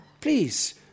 Please